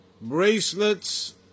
bracelets